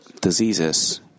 diseases